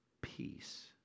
peace